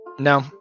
No